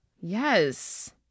Yes